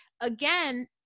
again